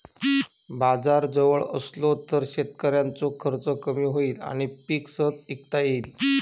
बाजार जवळ असलो तर शेतकऱ्याचो खर्च कमी होईत आणि पीक सहज इकता येईत